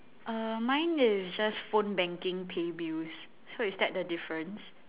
err mine is just phone banking pay bills so is that the difference